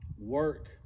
Work